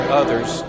others